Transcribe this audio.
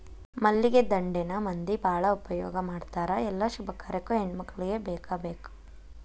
ಮಲ್ಲಿಗೆ ದಂಡೆನ ಮಂದಿ ಬಾಳ ಉಪಯೋಗ ಮಾಡತಾರ ಎಲ್ಲಾ ಶುಭ ಕಾರ್ಯಕ್ಕು ಹೆಣ್ಮಕ್ಕಳಿಗೆ ಬೇಕಬೇಕ